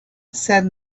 said